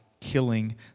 killing